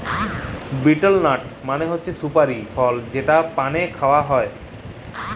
betel nut মালে হছে সুপারি ফল যেট পালে খাউয়া হ্যয়